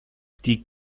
die